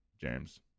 James